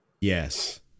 Yes